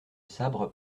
sabre